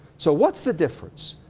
so, what's the difference?